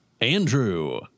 Andrew